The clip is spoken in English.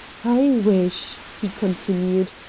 i wish, he continued,